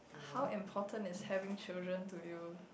how important is having children to you